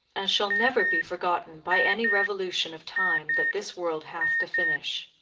as shall never be forgotten by any revolution of time that this world hath to finish.